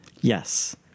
yes